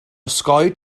osgoi